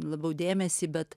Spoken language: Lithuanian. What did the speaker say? labiau dėmesį bet